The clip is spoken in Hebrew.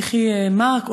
מיכי מרק,